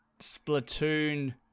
Splatoon